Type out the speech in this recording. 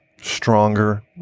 stronger